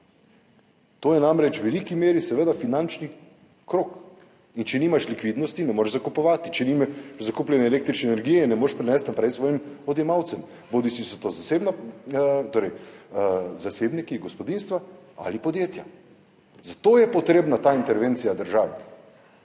To je namreč v veliki meri seveda finančni krog in če nimaš likvidnosti, ne moreš zakupovati. Če nimaš zakupljene električne energije, je ne moreš prinesti naprej svojim odjemalcem, bodisi so to zasebniki, gospodinjstva ali podjetja. Zato je potrebna ta intervencija države